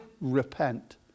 Repent